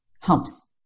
humps